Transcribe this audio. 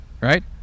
Right